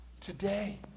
today